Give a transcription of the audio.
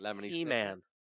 He-Man